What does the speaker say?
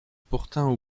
pourtant